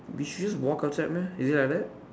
we should just walk outside meh is it like that